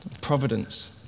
providence